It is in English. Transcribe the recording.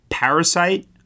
Parasite